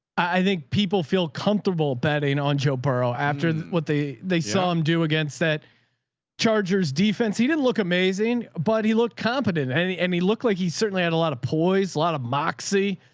i think people feel comfortable betting on joe paro after what they, they saw him do against that charger's defense. he didn't look amazing, but he looked competent and and he and he looked like he certainly had a lot of poise. a lot of moxie.